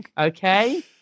Okay